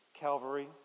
calvary